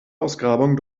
ausgrabungen